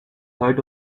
heart